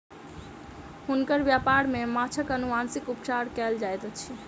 हुनकर व्यापार में माँछक अनुवांशिक उपचार कयल जाइत अछि